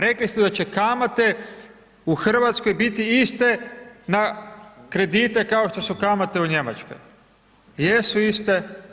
Rekli ste da će kamate u Hrvatskoj biti iste na kredite kao što su kamate u Njemačkoj, jesu iste, nisu iste.